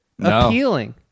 appealing